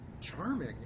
charming